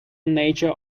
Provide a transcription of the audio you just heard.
nature